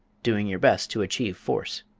doing your best to achieve force.